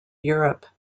europe